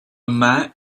man